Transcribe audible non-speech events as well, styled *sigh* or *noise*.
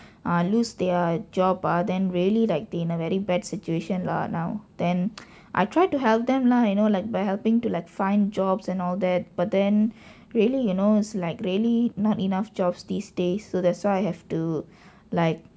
ah lose their job ah then really like they in a very bad situation lah now then *noise* I try to help them lah you know like by helping to like find jobs and all that but then really you know it's like really not enough jobs these days so that's why I have to like